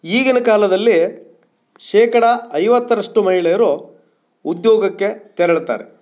ಈಗಿನ ಕಾಲದಲ್ಲಿ ಶೇಕಡಾ ಐವತ್ತರಷ್ಟು ಮಹಿಳೆಯರು ಉದ್ಯೋಗಕ್ಕೆ ತೆರಳುತ್ತಾರೆ